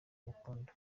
amukunda